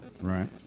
Right